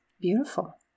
beautiful